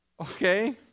Okay